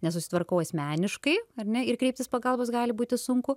nesusitvarkau asmeniškai ar ne ir kreiptis pagalbos gali būti sunku